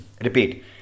repeat